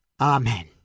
Amen